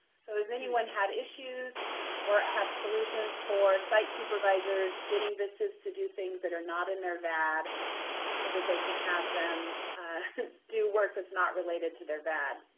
so has anyone had issues or have solutions for site supervisors getting vistas to do things that are not in their vad so that they can have them do work that's not related to their vad?